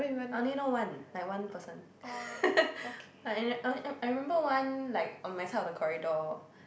I only know one like one person but I I I remember one like on my side of the corridor